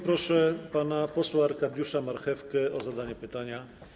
Proszę pana posła Arkadiusza Marchewkę o zadanie pytania.